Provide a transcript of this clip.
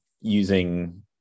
using